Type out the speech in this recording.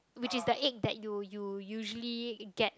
which is the ache you you usually get